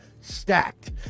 stacked